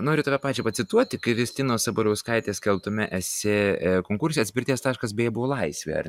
noriu tave pačią pacituoti kristinos sabaliauskaitės skelbtame esė konkurse atspirties taškas bė buvo laisvė ar